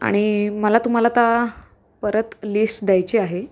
आणि मला तुम्हाला आता परत लिस्ट द्यायची आहे